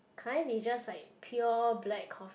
kind is just like pure black coffee